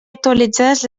actualitzades